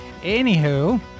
Anywho